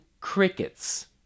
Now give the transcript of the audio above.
crickets